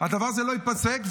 הדבר הזה לא ייפסק,